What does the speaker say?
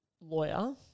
lawyer